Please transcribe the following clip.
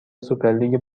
سوپرلیگ